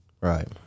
Right